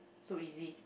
so easy